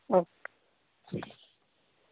okay